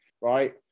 right